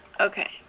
Okay